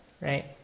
right